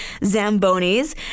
Zambonis